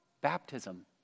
baptism